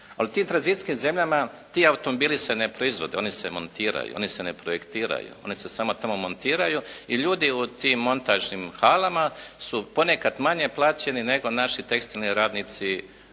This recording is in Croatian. Ali u tim tranzicijskim zemljama ti automobili se ne proizvode, oni se montiraju, oni se ne projektiraju, oni se samo tamo montiraju i ljudi u tim montažnim halama su ponekad manje plaćeni nego naši tekstilni radnici